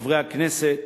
חברי הכנסת,